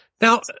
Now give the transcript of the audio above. Now